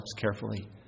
carefully